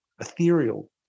ethereal